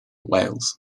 wales